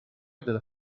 della